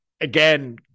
again